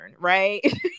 right